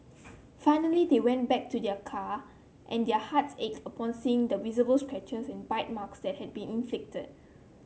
finally they went back to their car and their hearts ached upon seeing the visible scratches and bite marks that had been inflicted